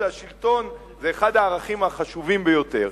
השלטון הוא אחד הערכים החשובים ביותר.